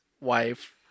wife